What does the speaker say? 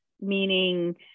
meaning